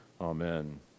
Amen